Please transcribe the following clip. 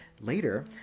later